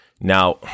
Now